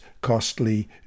costly